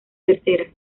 tercera